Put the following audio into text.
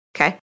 okay